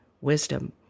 wisdom